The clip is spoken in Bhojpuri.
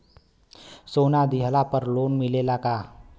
सोना दिहला पर लोन मिलेला का?